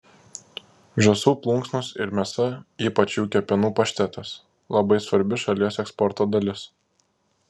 žąsų plunksnos ir mėsa ypač jų kepenų paštetas labai svarbi šalies eksporto dalis